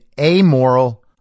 amoral